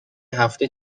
هفته